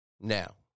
now